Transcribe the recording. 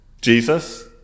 Jesus